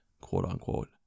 quote-unquote